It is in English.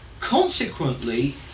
Consequently